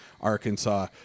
Arkansas